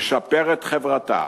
ישפר את חברתה,